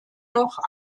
noch